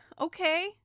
okay